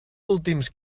últims